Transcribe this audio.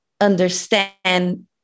understand